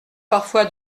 parfois